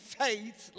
faith